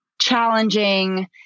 challenging